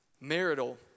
Marital